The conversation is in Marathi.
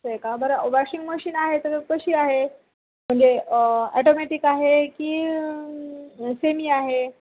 असं आहे का बरं वॉशिंग मशीन आहे तर कशी आहे म्हणजे ॲटोमॅटिक आहे की सेमी आहे